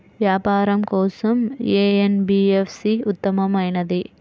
వ్యాపారం కోసం ఏ ఎన్.బీ.ఎఫ్.సి ఉత్తమమైనది?